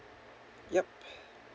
yup